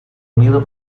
unido